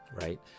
right